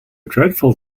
dreadful